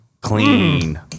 clean